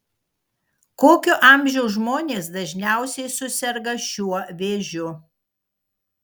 kokio amžiaus žmonės dažniausiai suserga šiuo vėžiu